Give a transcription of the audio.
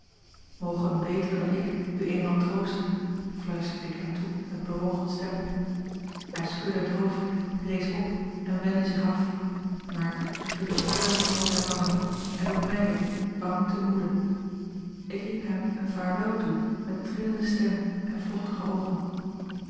moge een betere dan ik u eenmaal troosten fluisterde ik hem toe met bewogen stem hij schudde het hoofd rees op en wendde zich af maar er vielen tranen over zijne wangen en ook mij werd het bang te moede ik riep hem een vaarwel toe met trillende stem en vochtige oogen